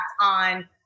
on